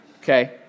Okay